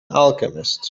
alchemist